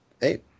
hey